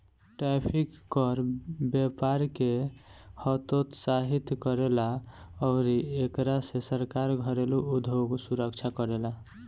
tariff कर व्यपार के हतोत्साहित करेला अउरी एकरा से सरकार घरेलु उधोग सुरक्षा करेला